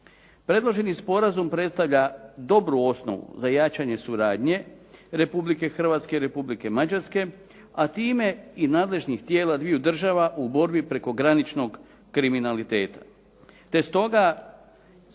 Predloženi sporazum predstavlja dobru osnovu za jačanje suradnje Republike Hrvatske i Republike Mađarske, a time i nadležnih tijela dviju država u borbi prekograničnog kriminaliteta.